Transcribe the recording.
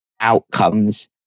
outcomes